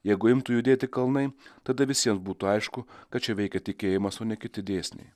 jeigu imtų judėti kalnai tada visiems būtų aišku kad čia veikia tikėjimas o ne kiti dėsniai